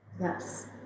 Yes